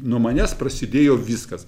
nuo manęs prasidėjo viskas